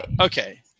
Okay